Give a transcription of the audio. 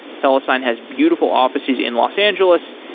telesign has beautiful offices in los angeles,